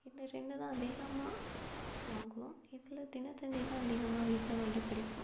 இந்த ரெண்டு தான் அதிகமாக வாங்குவோம் இதில் தினத்தந்தி தான் அதிகமாக வீட்டில் வாங்கி படிப்போம்